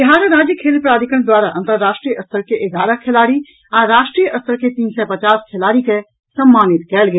बिहार राज्य खेल प्राधिकरण द्वारा अन्तर्राष्ट्रीय स्तर के एगारह खेलाड़ी आ राष्ट्रीय स्तर के तीन सय पचास खेलाड़ी के सम्मानित कयल गेल